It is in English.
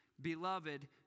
beloved